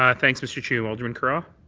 um thanks, mr. chu. alderman carra?